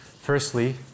firstly